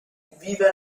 vive